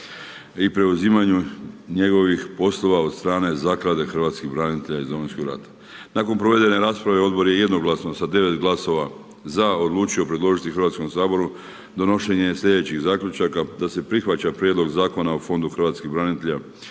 i preuzimanje njegovih poslova od strane zaklade hrvatskih branitelja iz Domovinskog rata. Nakon provedene rasprave, odbor je jednoglasno sa 9 glasova za, odlučio predložiti Hrvatskom saboru, donošenje sljedećih zaključaka, da se prijedlog Zakona o fondu hrvatskih branitelja